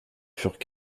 furent